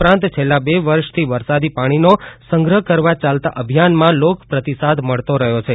ઉપરાંત છેલ્લા બે વર્ષથી વરસાદી પાણીનો સંગ્રહ કરવા ચાલતા અભિયાનમાં લોક પ્રતિસાદ મળતો રહયો છે